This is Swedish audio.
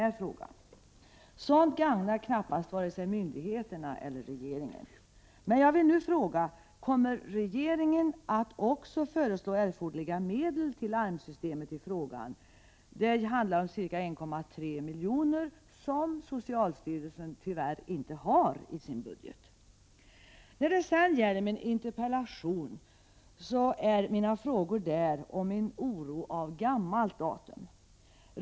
Sådant gagnar knappast vare sig myndigheterna eller regeringen. Jag vill nu fråga: Kommer regeringen att också föreslå erforderliga medel till larmsystemet? Det handlar om ca 1,3 milj.kr. som socialstyrelsen tyvärr inte har i sin budget. När det gäller min interpellation är frågorna och oron av gammalt datum.